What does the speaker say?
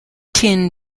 tin